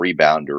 rebounder